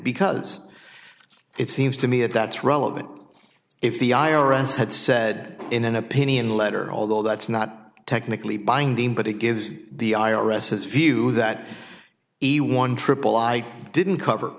because it seems to me that that's relevant if the i r s had said in an opinion letter although that's not technically binding but it gives the i r s his view that a one triple i didn't cover